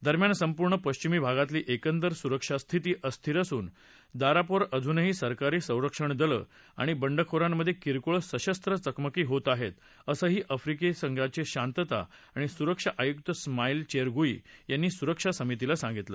दरम्यान संपूर्ण पश्चिम भागातली एकंदर सुरक्षास्थिती अस्थिर असून दारपोरमधे अजूनही सरकारी संरक्षण दलं आणि बंडखोरांमधे किरकोळ सशस्त्र चकमकी होत आहेत असं आफ्रीकी संघाचे शांतता आणि सुरक्षा आयुक्त स्माईल चेरगुई यांनी सुरक्षा समितीला सांगितलं